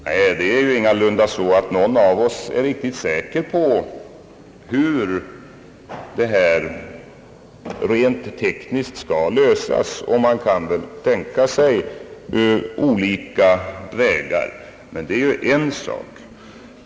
Nej, ingen av oss är riktigt säker på hur problemet rent tekniskt skall lösas, och man kan väl tänka sig olika vägar. Men det är en sak.